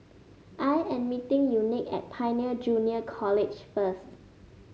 I am meeting Unique at Pioneer Junior College first